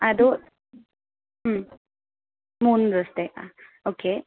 അത് മ് മൂന്ന് ദിവസത്തെ ആ ഓക്കെ